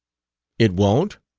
it won't?